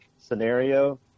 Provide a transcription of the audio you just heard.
scenario